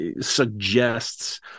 suggests